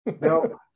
No